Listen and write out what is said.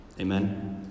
Amen